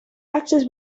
access